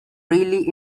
really